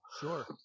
Sure